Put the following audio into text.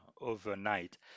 overnight